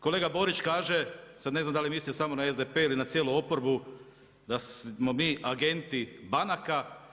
Kolega Borić kaže, sad ne znam da li misli samo na SDP ili na cijelu oporbu, da smo mi agenti banaka.